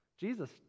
Jesus